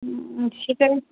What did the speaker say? সেটা